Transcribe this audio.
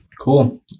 Cool